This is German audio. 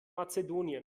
mazedonien